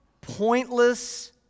pointless